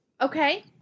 Okay